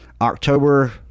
October